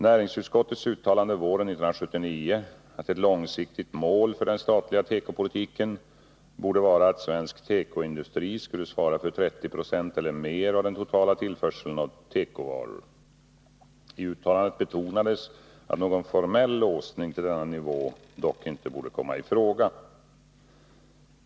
Näringsutskottet uttalade våren 1979 att ett långsiktigt mål för den statliga tekopolitiken borde vara att svensk tekoindustri skulle svara för 30 26 eller mer av den totala tillförseln av tekovaror. I uttalandet betonades att någon formell låsning till denna nivå dock inte borde komma i fråga .